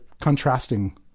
contrasting